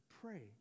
pray